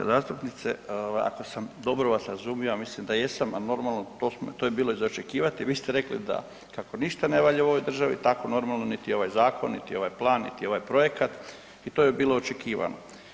Poštovana saborska zastupnice, ako sam dobro vas razumio, a mislim da jesam, ali normalno, to je bilo i za očekivati, vi ste rekli da kako ništa ne valja u ovoj državi, tako normalno, niti ovaj zakon niti ovaj plan niti ovaj projekat i to je bilo očekivano.